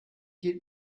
hielt